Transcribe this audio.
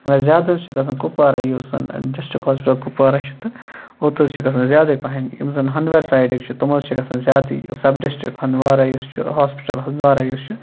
مگر زیادٕ حظ چھِ گَژھان کُپوارہ یُس زَن ڈِسٹِرک ہوسپِٹَل کُپوارہ چھُ تہٕ اوٚت حظ چھِ گَژھان زیادٕے پَہَنۍ یِم زَن ہَنٛدوارِ سایِڈٕکۍ چھِ تِم حظ چھِ گَژھان زیادٕ سَب ڈِسٹِرک ہُنٛدوارا یُس چھُ ہَنٛدوارا ہوسپِٹَل یُس چھُ